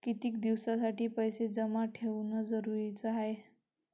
कितीक दिसासाठी पैसे जमा ठेवणं जरुरीच हाय?